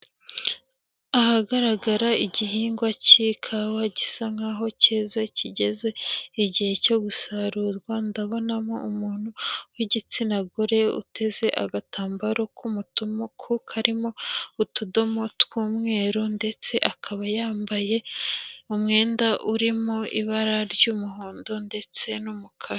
Ahagaragara igihingwa k'ikawa gisa nk'aho keze kigeze igihe cyo gusarurwa, ndabonamo umuntu w'igitsina gore uteze agatambaro k'umutuku karimo utudomo tw'umweru, ndetse akaba yambaye umwenda urimo ibara ry'umuhondo ndetse n'umukara.